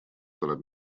tuleb